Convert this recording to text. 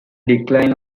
decline